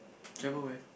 travel where